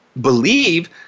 believe